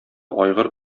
айгыр